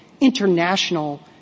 international